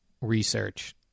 research